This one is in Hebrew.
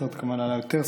הסרט כמובן עלה יותר,